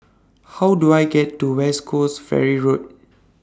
How Do I get to West Coast Ferry Road